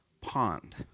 pond